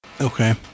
Okay